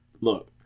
look